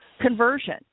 conversion